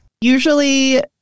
Usually